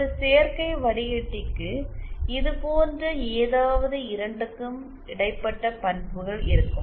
ஒரு சேர்க்கை வடிகட்டிக்கு இதுபோன்ற ஏதாவது இரண்டுக்கும் இடைப்பட்ட பண்புகள் இருக்கும்